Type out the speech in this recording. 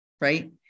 right